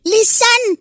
Listen